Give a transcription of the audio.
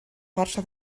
força